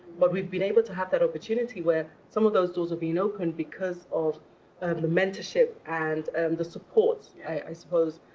but we've been able to have that opportunity where some of those doors have been opened because of um the mentorship and the supports, i suppose,